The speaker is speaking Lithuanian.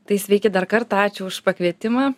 tai sveiki dar kartą ačiū už kvietimą